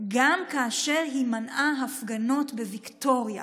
גם כאשר היא מנעה הפגנות בוויקטוריה.